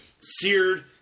seared